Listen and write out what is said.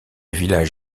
village